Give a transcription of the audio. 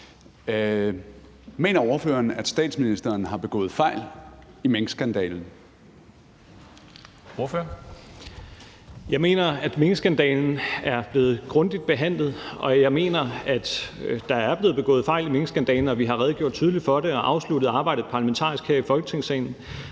Kristensen): Ordføreren. Kl. 09:12 Rasmus Stoklund (S): Jeg mener, at minkskandalen er blevet grundigt behandlet, og jeg mener, at der er blevet begået fejl i minkskandalen, og at vi har redegjort tydeligt for det og afsluttet arbejdet parlamentarisk her i Folketingssalen.